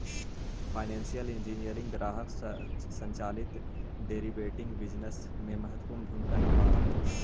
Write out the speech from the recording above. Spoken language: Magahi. फाइनेंसियल इंजीनियरिंग ग्राहक संचालित डेरिवेटिव बिजनेस में महत्वपूर्ण भूमिका निभावऽ हई